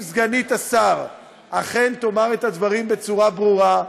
אם סגנית השר אכן תאמר את הדברים בצורה ברורה,